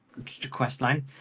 questline